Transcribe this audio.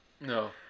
no